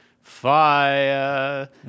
fire